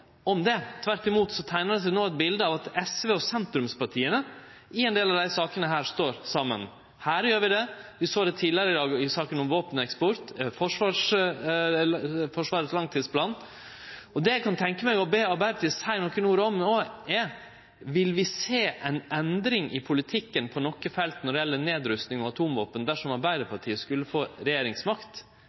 om det som Arbeidarpartiet den seinare tida har gjort av dette. Tvert imot teiknar det seg no eit bilde av at SV og sentrumspartia står saman i ein del av desse sakene: Vi gjer det her, vi såg det tidlegare i dag i saka om våpeneksport, og vi såg det i saka om Forsvarets langtidsplan. Det eg kan tenkje meg å be Arbeidarpartiet seie nokre ord om no, er: Vil vi sjå ei endring i politikken på noko felt når det gjeld nedrusting og atomvåpen dersom Arbeidarpartiet skulle